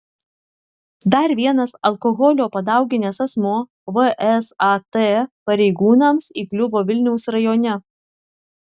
dar vienas alkoholio padauginęs asmuo vsat pareigūnams įkliuvo vilniaus rajone